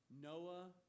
Noah